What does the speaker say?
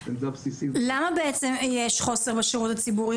למה בעצם יש חוסר בשרות הציבורי?